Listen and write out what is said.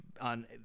on